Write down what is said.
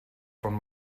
von